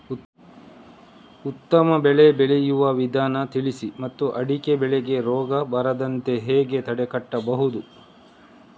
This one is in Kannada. ಉತ್ತಮ ಬೆಳೆ ಬೆಳೆಯುವ ವಿಧಾನ ತಿಳಿಸಿ ಮತ್ತು ಅಡಿಕೆ ಬೆಳೆಗೆ ರೋಗ ಬರದಂತೆ ಹೇಗೆ ತಡೆಗಟ್ಟಬಹುದು?